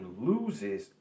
loses